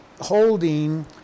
holding